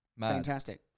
Fantastic